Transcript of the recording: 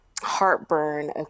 heartburn